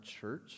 church